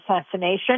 assassination